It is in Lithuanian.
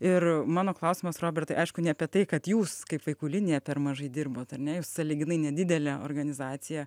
ir mano klausimas robertai aišku ne apie tai kad jūs kaip vaikų linija per mažai dirbot ar ne jūs sąlyginai nedidelė organizacija